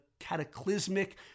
cataclysmic